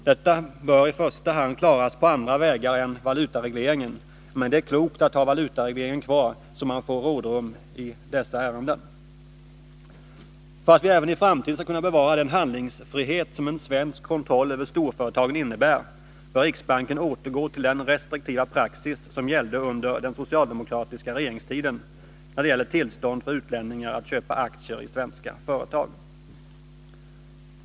Det bör i första hand klaras på andra vägar än genom valutareglering, men det är klokt att ha valutaregleringen kvar så att man får Valutaregleringen, rådrum i dessa ärenden. m.m. För att vi även i framtiden skall kunna bevara den handlingsfrihet som en svensk kontroll över storföretagen innebär bör riksbanken återgå till den restriktiva praxis som gällde under den socialdemokratiska regeringstiden, när det gäller tillstånd för utlänningar att köpa aktier i svenska företag.